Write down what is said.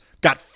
got